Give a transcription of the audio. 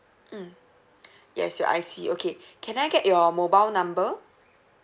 mm yes your I_C okay can I get your mobile number